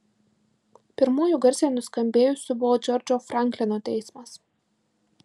pirmuoju garsiai nuskambėjusiu buvo džordžo franklino teismas